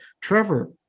Trevor